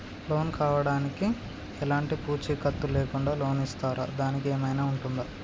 Loan కావడానికి ఎలాంటి పూచీకత్తు లేకుండా లోన్ ఇస్తారా దానికి ఏమైనా ఉంటుందా?